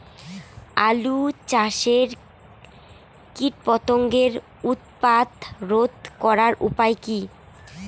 আলু চাষের কীটপতঙ্গের উৎপাত রোধ করার উপায় কী?